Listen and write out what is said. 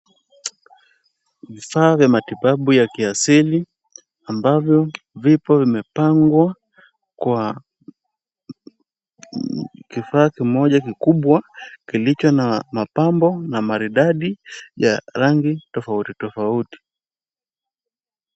Vifaa vya matibabu ya kiasili ambavyo vipo vimepangwa kwa kifaa kimoja kikubwa kilicho na mapambo na maridadi ya rangi tofauti tofauti.